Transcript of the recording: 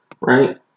right